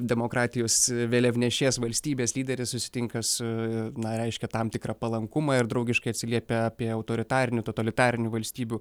demokratijos vėliavnešės valstybės lyderis susitinka su na aiškia tam tikrą palankumą ir draugiškai atsiliepia apie autoritarinių totalitarinių valstybių